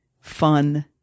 fun